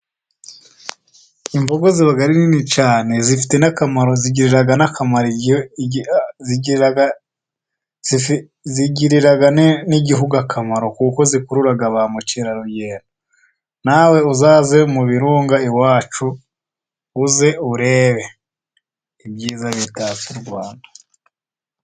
Imvubu ziba ari nini cyane zifite n'akamaro, zigirira n'igihugu akamaro kuko zikurura ba mukerarugendo . Na we uzaze mu birunga iwacu uze urebe ibyiza bitatse u Rwanda.